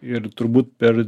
ir turbūt per